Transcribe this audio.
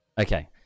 Okay